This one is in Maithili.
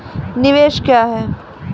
निवेश क्या है?